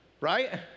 Right